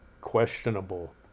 questionable